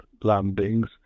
landings